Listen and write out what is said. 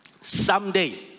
Someday